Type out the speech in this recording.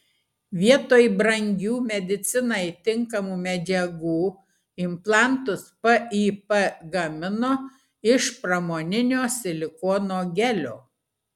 vietoj brangių medicinai tinkamų medžiagų implantus pip gamino iš pramoninio silikono gelio